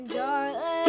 darling